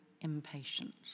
impatient